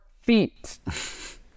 feet